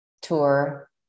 tour